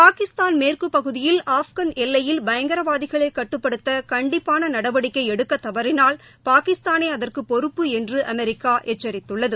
பாகிஸ்தான் மேற்குப் பகுதியில் ஆப்கன் எல்லையில் பயங்கரவாதிகளைகட்டுப்படுத்தகண்டிப்பானநடவடிக்கைஎடுக்கத் தவறினால் பாகிஸ்தானேஅதற்குப் பொறுப்பு என்றுஅமெரிக்காஎச்சரித்துள்ளது